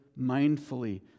mindfully